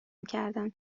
میکردند